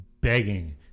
begging